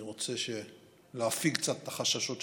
אני רוצה להפיג קצת את החששות שלך.